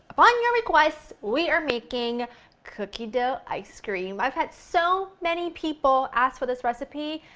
upon your requests, we are making cookie dough ice cream! i've had so many people ask for this recipe,